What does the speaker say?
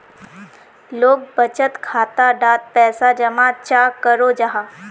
लोग बचत खाता डात पैसा जमा चाँ करो जाहा?